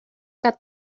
got